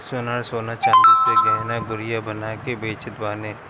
सोनार सोना चांदी से गहना गुरिया बना के बेचत बाने